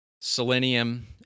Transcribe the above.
selenium